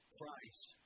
Christ